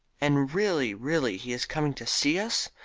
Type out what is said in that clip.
and really, really, he is coming to see us!